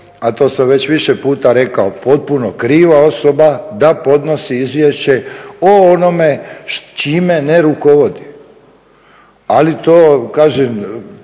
a to sam već više puta rekao, potpuno kriva osoba da podnosi izvješće o onome čime ne rukovodi, ali to kažem